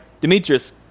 Demetrius